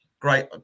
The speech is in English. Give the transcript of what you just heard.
Great